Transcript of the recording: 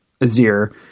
Azir